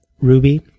Ruby